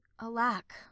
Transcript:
Alack